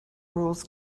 rules